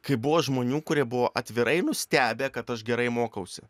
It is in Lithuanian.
kai buvo žmonių kurie buvo atvirai nustebę kad aš gerai mokausi